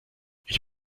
ich